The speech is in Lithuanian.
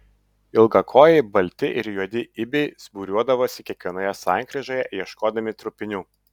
ilgakojai balti ir juodi ibiai būriuodavosi kiekvienoje sankryžoje ieškodami trupinių